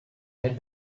had